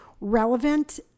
relevant